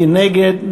מי נגד?